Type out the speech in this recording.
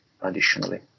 additionally